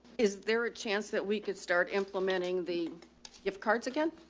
is there a chance that we could start implementing the gift cards again?